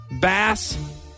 bass